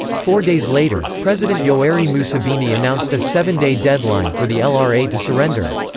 four days later, president yoweri museveni announced a seven-day deadline for the lra to surrender.